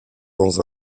dans